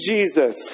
Jesus